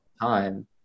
time